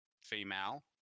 female